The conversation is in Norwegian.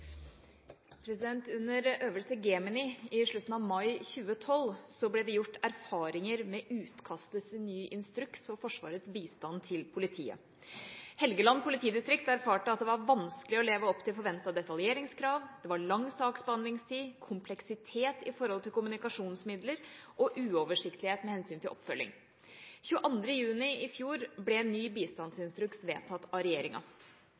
mai 2012 ble det gjort erfaringer med utkastet til ny instruks for Forsvarets bistand til politiet. Helgeland politidistrikt erfarte at det var vanskelig å leve opp til forventede detaljeringskrav. Det var lang saksbehandlingstid, kompleksitet i forhold til kommunikasjonsmidler og uoversiktlighet med hensyn til oppfølging. 22. juni i fjor ble ny bistandsinstruks vedtatt av regjeringa.